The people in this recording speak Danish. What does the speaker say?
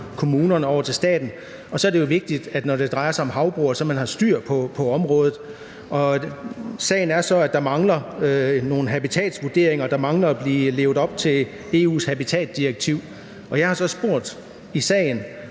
kommunerne til staten. Og så er det jo vigtigt, når det drejer sig om havbrug, at man så har styr på området. Sagen er så, at der mangler nogle habitatsvurderinger, og at der mangler at blive levet op til EU's habitatdirektiv. Jeg har så spurgt i sagen,